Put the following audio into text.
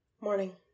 Morning